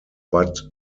but